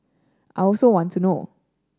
I also want to know